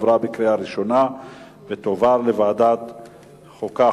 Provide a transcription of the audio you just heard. לוועדת החוקה,